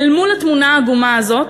אל מול התמונה העגומה הזאת,